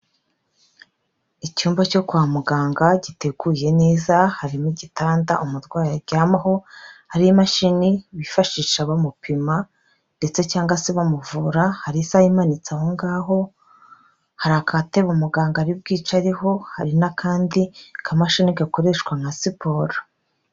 Icyumba cyo kwa muganga giteguye neza, harimo igitanda umurwayi aryamaho, hariho imashini bifashisha bamupima ndetse cyangwa se bamuvura, hari isaha imanitse aho ngaho, hari agatebe umuganga ari bwicareho, hari n'akandi k'amashini gakoreshwa nka siporo.